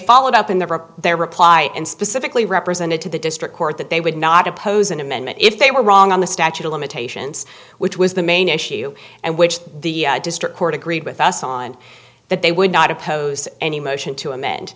followed up in the their reply and specifically represented to the district court that they would not oppose an amendment if they were wrong on the statute of limitations which was the main issue and which the district court agreed with us on that they would not oppose any motion to amend